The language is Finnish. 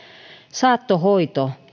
saattohoito